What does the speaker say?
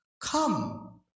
come